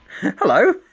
Hello